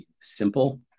simple